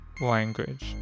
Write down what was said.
language